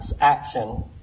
action